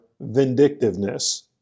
vindictiveness